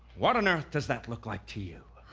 what on earth does that look like to you?